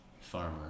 Farmer